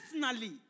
personally